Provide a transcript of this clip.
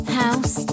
house